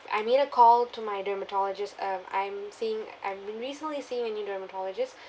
I made a call to my dermatologist um I'm seeing I've been recently seeing a new dermatologist